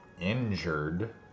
injured